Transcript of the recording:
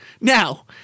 Now